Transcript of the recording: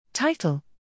Title